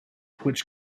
which